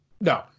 No